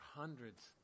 hundreds